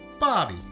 bobby